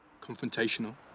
Confrontational